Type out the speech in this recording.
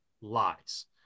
lies